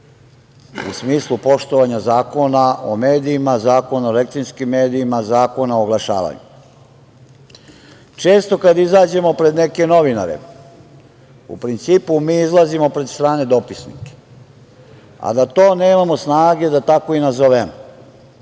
u smislu poštovanja Zakona o medijima, Zakona o elektronskim medijima, Zakona o oglašavanju. Često kada izađemo pred neke novinare, u principu, mi izlazimo pred strane dopisnike, a da to nemamo snage da tako i nazovemo.